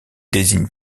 désigne